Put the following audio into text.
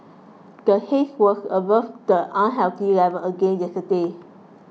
the haze was above the unhealthy level again yesterday